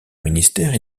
ministère